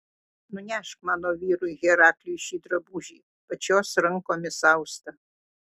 nunešk mano vyrui herakliui šį drabužį pačios rankomis austą